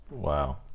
Wow